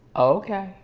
okay.